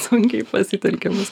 sunkiai pasitelkiamas